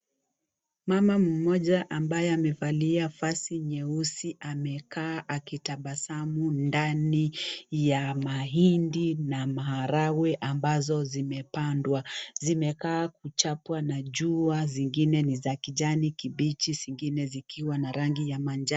Mama mmoja ambaye amevalia vazi nyeusi, amekaa akitabasamu ndani ya mahindi na maharagwe ambazo zimepandwa. Zimekaa kuchapwa na jua, zingine ni za kijani kibichi, zingine zikiwa na rangi ya manjano.